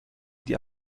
die